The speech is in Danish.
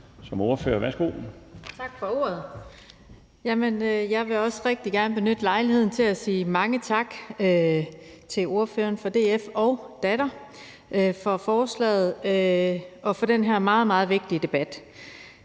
Bertelsen (KF): Tak for ordet. Jeg vil også rigtig gerne benytte lejligheden til at sige mange tak til ordføreren fra DF og hans datter for forslaget og for den her meget, meget vigtige debat.